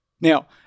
Now